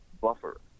buffer